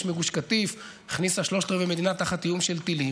מגוש קטיף הכניסו שלושת רבעי מדינה תחת איום של טילים,